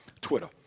Twitter